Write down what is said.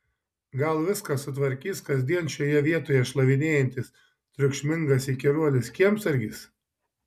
gal viską sutvarkys kasdien šioje vietoj šlavinėjantis triukšmingas įkyruolis kiemsargis